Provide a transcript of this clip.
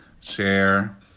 Share